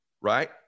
right